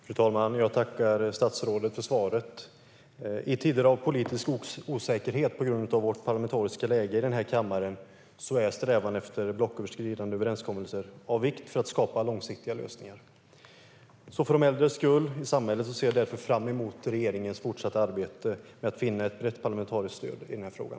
Fru talman! Jag tackar statsrådet för svaret. I tider av politisk osäkerhet på grund av det parlamentariska läget i den här kammaren är strävan efter blocköverskridande överenskommelser av vikt för att skapa långsiktiga lösningar. För de äldres skull i samhället ser jag därför fram emot regeringens fortsatta arbete med att finna ett brett parlamentariskt stöd i den här frågan.